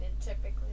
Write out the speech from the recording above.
typically